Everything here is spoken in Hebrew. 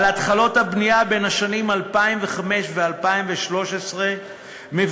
על התחלות הבנייה בין השנים 2005 ו-2013 מביאים